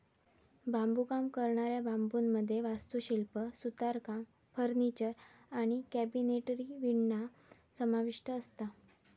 बांबुकाम करणाऱ्या बांबुमध्ये वास्तुशिल्प, सुतारकाम, फर्निचर आणि कॅबिनेटरी विणणा समाविष्ठ असता